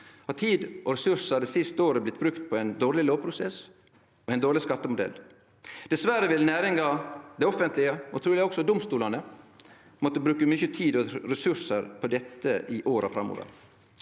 har tid og ressursar det siste året blitt brukte på ein dårleg lovprosess og ein dårleg skattemodell. Dessverre vil næringa, det offentlege og truleg også domstolane måtte bruke mykje tid og ressursar på dette i åra framover.